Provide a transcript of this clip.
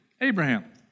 Abraham